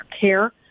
care